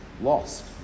lost